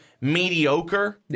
mediocre